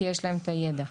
כי יש להם את הידע.